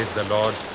the lord.